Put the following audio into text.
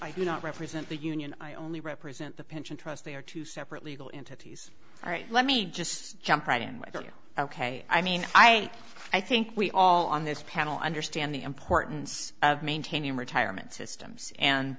i do not represent the union i only represent the pension trust they are two separate legal entities let me just jump right in with you ok i mean i i think we all on this panel understand the importance of maintaining retirement systems and